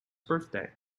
birthday